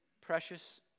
precious